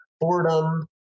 boredom